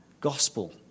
gospel